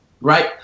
right